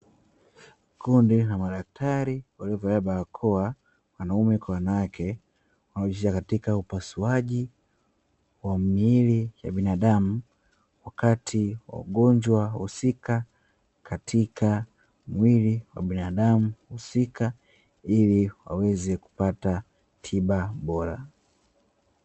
Kundi la madaktari waliovalia barakoa wanaume kwa wanawake wanaojihusisha katika upasuaji wa miili ya binadamu, wakati ugonjwa husika katika mwiili wa binadamu husika ili waweze kupata tiba bora.